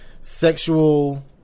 sexual